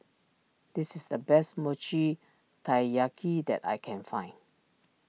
this is the best Mochi Taiyaki that I can find